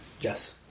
Yes